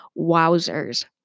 wowzers